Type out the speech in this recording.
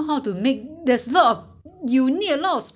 you know right you want to cook it yourselves on your own